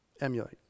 Emulate